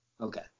Okay